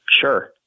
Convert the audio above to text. Sure